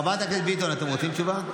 חברת הכנסת ביטון, אתם רוצים תשובה?